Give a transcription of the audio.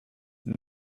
nous